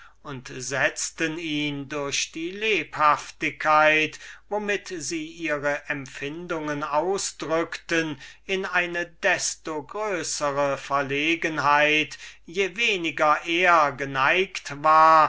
und setzten ihn durch die art womit sie ihre empfindungen ausdrückten in eine desto größere verlegenheit je weniger er geneigt war